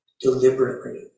deliberately